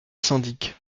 syndic